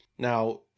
Now